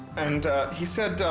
and he said,